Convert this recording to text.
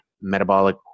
metabolic